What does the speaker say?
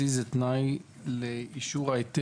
במסירה אישית או בדואר רשום עם אישור מסירה,